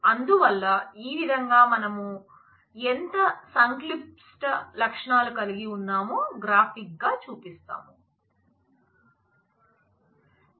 అందువల్ల ఈ విధంగా మనం ఎంత సంక్లిష్టలక్షణాలు కలిగి ఉన్నామో గ్రాఫిక్ గా చూపిస్తాం